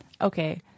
okay